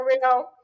real